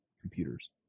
computers